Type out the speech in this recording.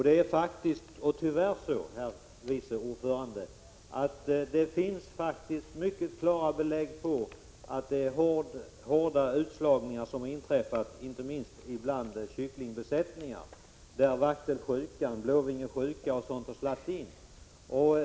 Det är tyvärr så, herr vice ordförande, att det faktiskt finns mycket klara belägg för att hårda utslagningar har inträffat, inte minst bland kycklingbesättningar, där vaktelsjuka, blåvingesjuka osv. har slagit till.